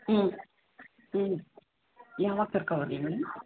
ಊಂ ಹ್ಞೂ ಯಾವಾಗ ಕರ್ಕೋ ಬರಲಿ ಮೇಡಂ